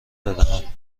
بدهم